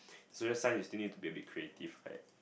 social science you still need to be a bit creative right